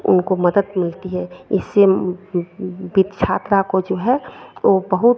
उनको मदद मिलती है इससे भी छात्रा को जो है वो बहुत